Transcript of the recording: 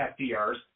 FDR's